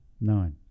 Nine